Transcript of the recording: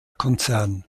konzern